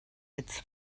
its